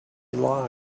like